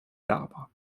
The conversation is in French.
d’arbres